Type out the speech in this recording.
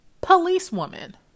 policewoman